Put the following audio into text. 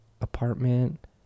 apartment